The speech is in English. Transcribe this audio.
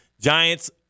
Giants